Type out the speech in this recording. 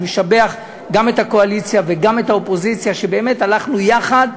אני משבח גם את הקואליציה וגם את האופוזיציה על כך שהלכנו יחד,